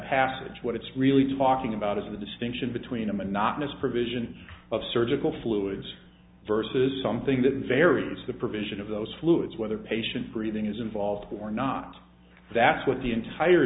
passage what it's really talking about is the distinction between a monotonous provision of surgical fluids versus something that various the provision of those fluids whether patient breathing is involved or not that's what the entire